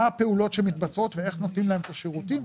מה הפעולות שמתבצעות ואיך נותנים להם את השירותים.